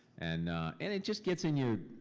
and and it just gets in your.